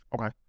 Okay